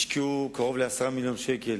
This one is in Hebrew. השקיעו קרוב ל-10 מיליוני שקלים